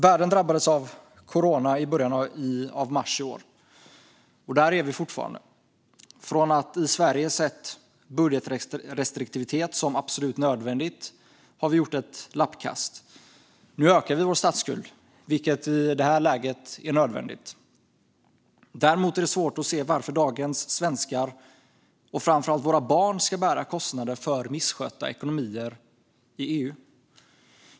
Världen drabbades av corona i början av mars i år, och där är vi fortfarande. Från att vi i Sverige sett budgetrestriktivitet som absolut nödvändigt har vi gjort ett lappkast. Nu ökar vi vår statsskuld, vilket i detta läge är nödvändigt. Däremot är det svårt att se varför dagens svenskar och framför allt våra barn ska bära kostnader för misskötta ekonomier i EU.